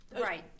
Right